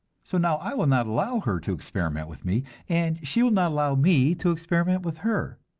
so now i will not allow her to experiment with me, and she will not allow me to experiment with her!